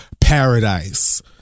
paradise